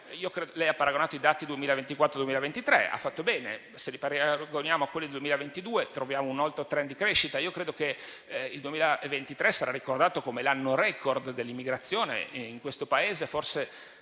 Lei ha paragonato i dati 2023-2024, ha fatto bene. Se li paragoniamo a quelli del 2022, troviamo un altro *trend* di crescita e io credo che il 2023 sarà ricordato come l'anno *record* dell'immigrazione in questo Paese. Forse